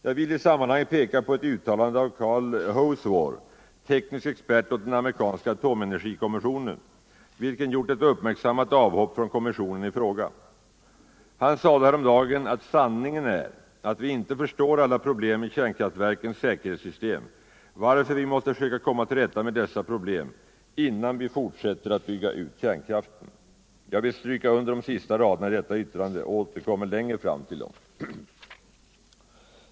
Jag vill i sammanhanget peka på ett uttalande av Carl Hocewar, teknisk expert åt den amerikanska atomenergikommissionen, vilken gjort ett uppmärksammat avhopp från kommissionen i frågan. Han sade häromdagen att ”sanningen är att vi inte förstår alla problem i kärnkraftverkens säkerhetssystem, varför vi måste försöka komma till rätta med dessa pro blem innan vi fortsätter att bygga ut kärnkraften”. Jag vill stryka under de sista raderna i detta yttrande och återkommer längre fram till dem.